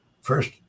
First